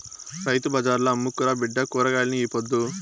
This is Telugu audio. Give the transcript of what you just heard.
రైతు బజార్ల అమ్ముకురా బిడ్డా కూరగాయల్ని ఈ పొద్దు